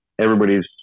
everybody's